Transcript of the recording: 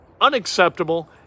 unacceptable